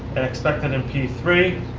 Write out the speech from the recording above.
and in p three.